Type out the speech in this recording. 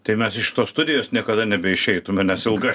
tai mes iš šitos studijos niekada nebeišeitume nes ilga